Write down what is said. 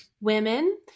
women